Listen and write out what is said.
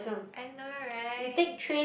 I know right